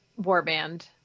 warband